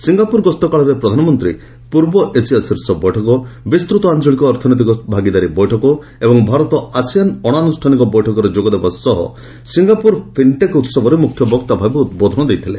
Singapore ଗସ୍ତ କାଳରେ ପ୍ରଧାନମନ୍ତ୍ରୀ ପୂର୍ବ ଏସିଆ ଶୀର୍ଷ ବୈଠକ ବିସ୍ତୁତ ଆଞ୍ଚଳିକ ଅର୍ଥନୈତିକ ଭାଗିଦାରୀ ବୈଠକ ଏବଂ ଭାରତ ଆସିଆନ୍ ଅଣ ଆନୁଷ୍ଠାନିକ ବୈଠକରେ ଯୋଗ ଦେବା ସଙ୍ଗେ ସଙ୍ଗେ ସିଙ୍ଗାପ୍ରର ଫିନ୍ଟେକ୍ ଉହବରେ ମ୍ରଖ୍ୟ ବକ୍ତା ଭାବେ ଉଦ୍ବୋଧନ ଦେଇଥିଲେ